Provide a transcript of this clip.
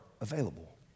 available